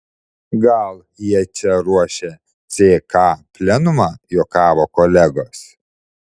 gal jie čia ruošia ck plenumą juokavo kolegos